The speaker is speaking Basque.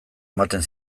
ematen